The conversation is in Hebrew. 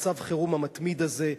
מצב החירום המתמיד הזה.